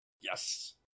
Yes